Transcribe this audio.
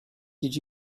did